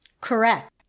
Correct